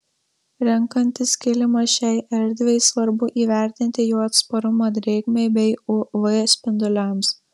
renkantis kilimą šiai erdvei svarbu įvertinti jo atsparumą drėgmei bei uv spinduliams